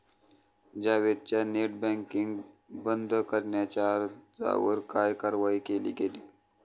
जावेदच्या net banking बंद करण्याच्या अर्जावर काय कारवाई केली गेली?